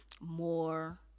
more